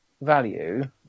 value